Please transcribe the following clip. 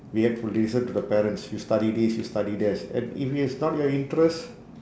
we had to listen to the parents you study this you study that and if it's not your interest